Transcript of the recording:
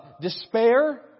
despair